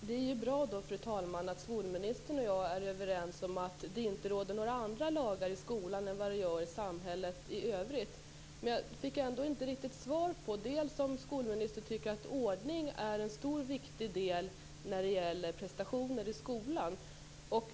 Fru talman! Det är bra att skolministern och jag är överens om att det i skolan inte råder några andra lagar än i samhället i övrigt. Jag fick ändå inte riktigt svar på om skolministern tycker att ordning är en stor och viktig del i fråga om prestationer i skolan.